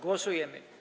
Głosujemy.